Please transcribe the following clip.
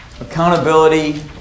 accountability